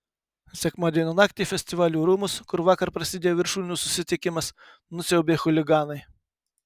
sekmadienio naktį festivalių rūmus kur vakar prasidėjo viršūnių susitikimas nusiaubė chuliganai